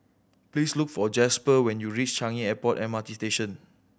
please look for Jasper when you reach Changi Airport M R T Station